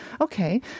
Okay